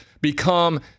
become